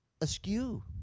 askew